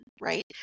right